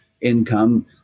income